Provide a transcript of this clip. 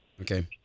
Okay